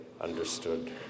understood